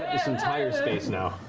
up this entire space now.